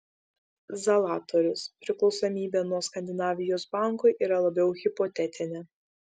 zalatorius priklausomybė nuo skandinavijos bankų yra labiau hipotetinė